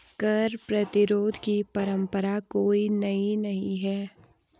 कर प्रतिरोध की परंपरा कोई नई नहीं है